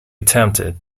attempted